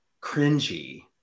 cringy